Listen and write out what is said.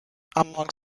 among